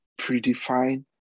predefined